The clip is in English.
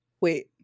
Wait